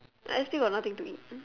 s_p got nothing to eat